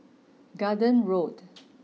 Garden Road